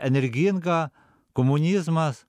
energinga komunizmas